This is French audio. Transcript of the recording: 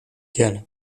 galles